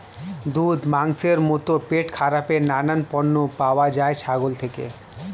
দুধ, মাংসের মতো পেটখারাপের নানান পণ্য পাওয়া যায় ছাগল থেকে